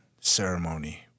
ceremony